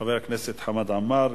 חבר הכנסת חמד עמאר,